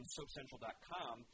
SoapCentral.com